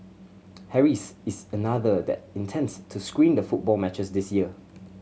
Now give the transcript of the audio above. Harry's is another that intends to screen the football matches this year